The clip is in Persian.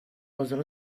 عازم